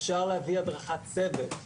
אפשר להביא הדרכת צוות,